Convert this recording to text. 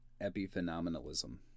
Epiphenomenalism